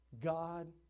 God